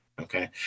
Okay